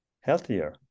healthier